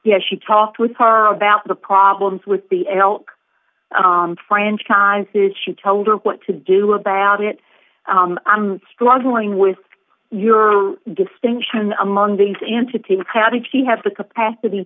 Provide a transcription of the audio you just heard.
yes she talked with her about the problems with the elk franchises she told her what to do about it i'm struggling with your distinction among these entities how did she have the capacity